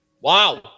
Wow